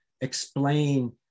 explain